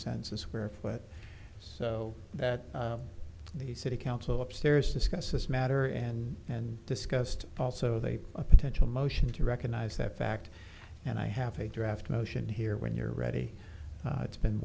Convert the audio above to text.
cents a square foot so that the city council upstairs discuss this matter and and discussed also the a potential motion to recognize that fact and i have a draft motion here when you're ready it's been